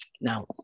Now